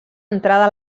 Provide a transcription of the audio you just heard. entrada